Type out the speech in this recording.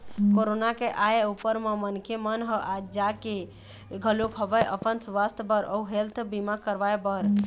corona के आय ऊपर म मनखे मन ह जागे घलोक हवय अपन सुवास्थ बर अउ हेल्थ बीमा करवाय बर